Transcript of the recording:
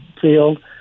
field